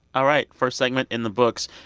all right. first segment in the books.